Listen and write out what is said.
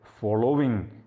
following